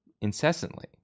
incessantly